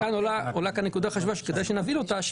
עולה כאן נקודה חשובה שכדאי שנבין אותה.